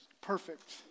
perfect